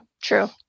true